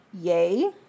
yay